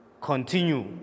continue